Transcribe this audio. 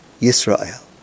Yisrael